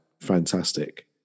fantastic